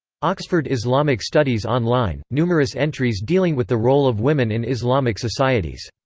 oxford islamic studies online numerous entries dealing with the role of women in islamic societies.